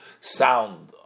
sound